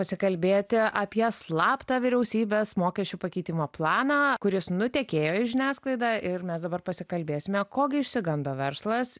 pasikalbėti apie slaptą vyriausybės mokesčių pakeitimo planą kuris nutekėjo į žiniasklaidą ir mes dabar pasikalbėsime ko gi išsigando verslas